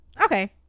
Okay